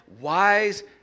wise